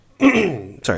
sorry